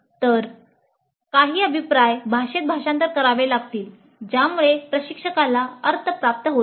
तर काही अभिप्राय भाषेत भाषांतर करावे लागतील ज्यामुळे प्रशिक्षकाला अर्थ प्राप्त होईल